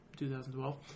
2012